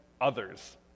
others